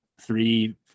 three